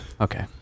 Okay